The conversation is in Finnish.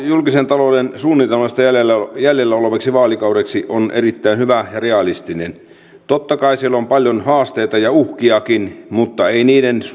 julkisen talouden suunnitelma jäljellä olevaksi vaalikaudeksi on erittäin hyvä ja realistinen totta kai siellä on paljon haasteita ja uhkiakin mutta ei niiden